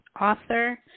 author